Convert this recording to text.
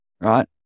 right